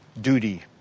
duty